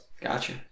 Gotcha